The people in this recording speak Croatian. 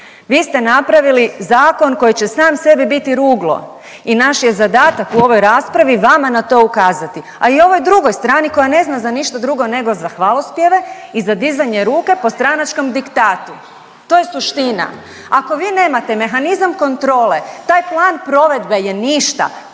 Vi ste napravili zakon koji će sam sebi biti ruglo i naš je zadatak u ovoj raspravi vama na to ukazati, a i ovoj drugoj strani koja ne zna za ništa drugo nego za hvalospjeve i za dizanje ruke po stranačkom diktatu. To je suština. Ako vi nemate mehanizam kontrole, taj plan provedbe je ništa.